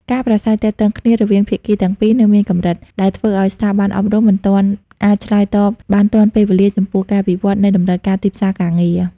ការប្រាស្រ័យទាក់ទងគ្នារវាងភាគីទាំងពីរនៅមានកម្រិត ដែលធ្វើឱ្យស្ថាប័នអប់រំមិនទាន់អាចឆ្លើយតបបានទាន់ពេលវេលាចំពោះការវិវត្តន៍នៃតម្រូវការទីផ្សារការងារ។